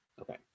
Okay